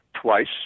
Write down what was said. twice